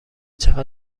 چقدر